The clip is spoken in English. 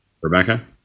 Rebecca